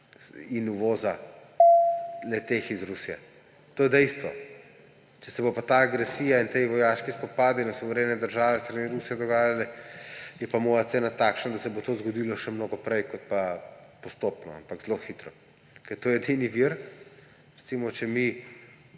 in uvoza le-teh iz Rusije. To je dejstvo. Če se bo pa ta agresija in ti vojaški spopadi na suverene države s strani Rusije dogajale, je pa moja ocena takšna, da se bo to zgodilo še mnogo prej kot pa postopno, ampak zelo hitro, ker to je edini vir.